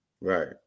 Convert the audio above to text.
Right